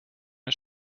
der